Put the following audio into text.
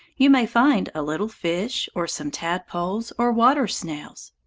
you may find a little fish, or some tadpoles, or water-snails.